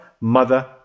mother